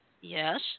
Yes